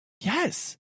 Yes